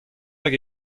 hag